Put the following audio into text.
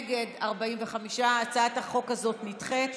נגד, 45. הצעת החוק הזאת נדחית.